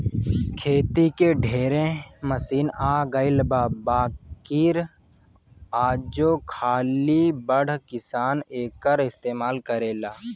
खेती के ढेरे मशीन आ गइल बा बाकिर आजो खाली बड़ किसान एकर इस्तमाल करेले